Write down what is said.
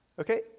okay